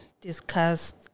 discussed